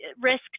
risk